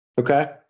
okay